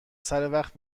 سروقت